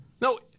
No